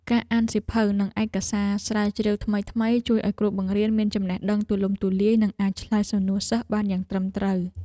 ការអានសៀវភៅនិងឯកសារស្រាវជ្រាវថ្មីៗជួយឱ្យគ្រូបង្រៀនមានចំណេះដឹងទូលំទូលាយនិងអាចឆ្លើយសំណួរសិស្សបានយ៉ាងត្រឹមត្រូវ។